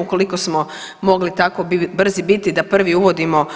Ukoliko smo mogli tako brzi biti da prvi uvodimo